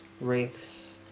wraiths